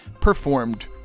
performed